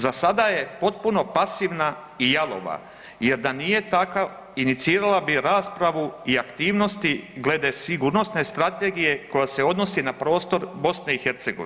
Za sada je potpuno pasivna i jalova jer da nije takav, inicirala bi raspravu i aktivnosti glede sigurnosne strategije koja se odnosi na prostor BiH.